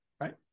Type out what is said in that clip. right